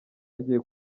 agiye